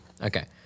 Okay